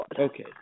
Okay